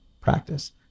practice